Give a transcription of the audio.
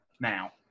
now